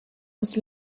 was